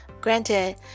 granted